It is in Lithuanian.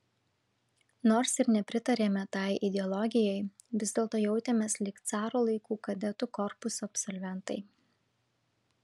nors ir nepritarėme tai ideologijai vis dėlto jautėmės lyg caro laikų kadetų korpuso absolventai